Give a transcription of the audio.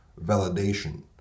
validation